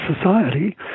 society